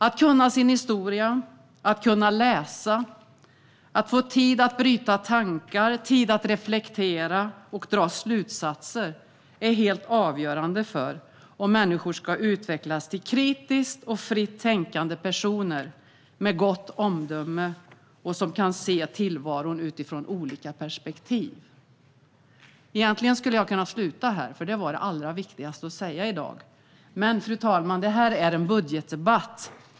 Att kunna sin historia, att kunna läsa, att få tid att bryta tankar, reflektera och dra slutsatser är helt avgörande för att människor ska utvecklas till kritiskt och fritt tänkande personer som har gott omdöme och som kan se tillvaron utifrån olika perspektiv. Egentligen skulle jag kunna ha slutat här för detta var det allra viktigaste jag hade att säga i dag. Men detta, fru talman, är en budgetdebatt.